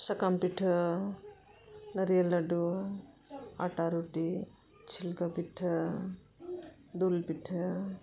ᱥᱟᱠᱟᱢ ᱯᱤᱴᱷᱟᱹ ᱱᱟᱨᱤᱭᱟᱞ ᱞᱟᱹᱰᱩ ᱟᱴᱟ ᱨᱩᱴᱤ ᱪᱷᱤᱞᱠᱟᱹ ᱯᱤᱴᱷᱟᱹ ᱫᱩᱞ ᱯᱤᱴᱷᱟᱹ